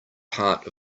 part